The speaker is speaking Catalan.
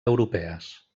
europees